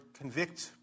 convict